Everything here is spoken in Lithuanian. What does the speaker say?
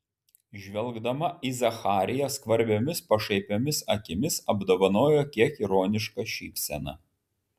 žvelgdama į zachariją skvarbiomis pašaipiomis akimis apdovanojo kiek ironiška šypsena